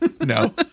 No